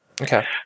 okay